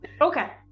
Okay